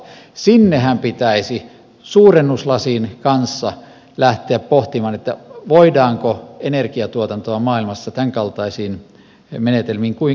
sinnehän pitäisi suurennuslasin kanssa lähteä pohtimaan voidaanko energiatuotannossa maailmassa tämänkaltaisiin menetelmiin pitkään nojata